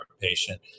patient